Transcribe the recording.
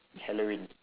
halloween